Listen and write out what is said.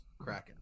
Kraken